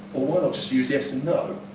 just use yes and